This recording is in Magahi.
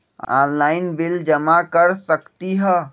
ऑनलाइन बिल जमा कर सकती ह?